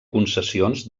concessions